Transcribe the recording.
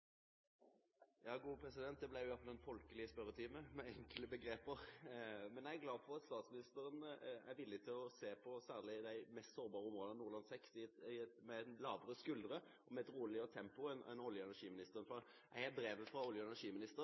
Det ble iallfall en folkelig spørretime, med enkle begreper. Jeg er glad for at statsministeren er villig til å se på særlig de mest sårbare områdene, Nordland VI, med lavere skuldre og i et roligere tempo enn olje- og energiministeren. Jeg har brevet fra olje- og energiministeren